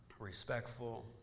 respectful